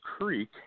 creek